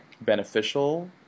beneficial